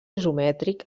isomètric